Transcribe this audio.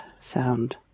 sound